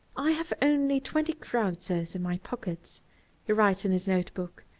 i have only twenty kreuzers in my pockets he writes in his note-book,